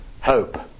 Hope